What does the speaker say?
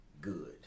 good